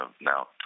now